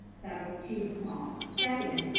that is too small. second,